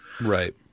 Right